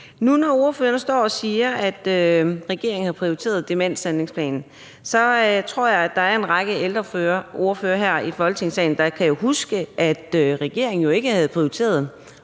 Nu, når ordføreren står og siger, at regeringen har prioriteret demenshandlingsplanen, tror jeg, der er en række ældreordførere her i Folketingssalen, der kan huske, at regeringen ikke havde prioriteret